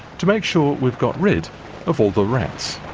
to make sure we've got rid of all the rats.